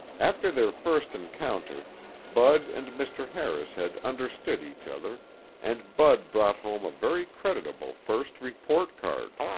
after their first encounter bud and mr. harris had understood each other and bud brought home a very creditable first report card.